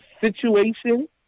situation